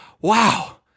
Wow